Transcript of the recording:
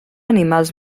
animals